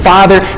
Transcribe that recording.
Father